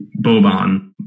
Boban